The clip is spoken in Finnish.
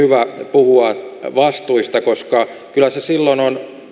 puhua vastuista koska kyllä se silloin on